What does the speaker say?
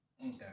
Okay